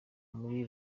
muri